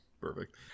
Perfect